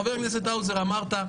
חבר הכנסת האוזר אמרת,